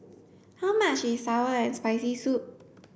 how much is sour and spicy soup